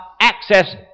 access